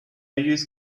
use